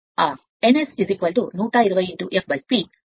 ఆ n S 120 f P